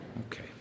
Okay